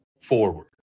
forward